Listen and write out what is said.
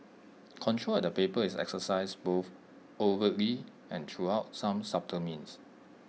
control at the paper is exercised both overtly and through out some subtle means